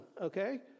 okay